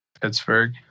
Pittsburgh